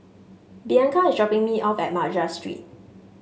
Bianca is dropping me off at Madras Street